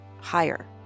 Higher